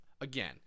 again